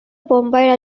Bombay